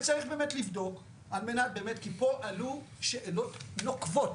וצריך באמת לבדוק כי פה עלו שאלות נוקבות